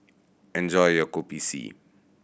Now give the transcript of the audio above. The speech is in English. enjoy your Kopi C